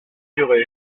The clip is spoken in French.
duré